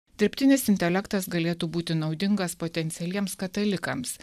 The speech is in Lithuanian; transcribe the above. dirbtinis intelektas galėtų būti naudingas potencialiems katalikams